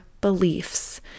beliefs